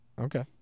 Okay